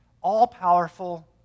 all-powerful